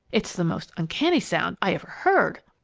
it's the most uncanny sound i ever heard!